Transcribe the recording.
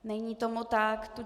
Není tomu tak.